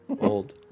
old